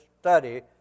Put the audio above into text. study